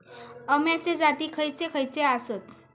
अम्याचे जाती खयचे खयचे आसत?